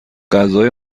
غذای